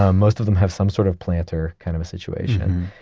um most of them have some sort of planter kind of a situation.